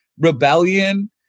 rebellion